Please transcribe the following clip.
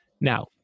Now